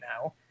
now